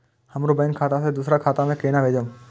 हमरो बैंक खाता से दुसरा खाता में केना भेजम?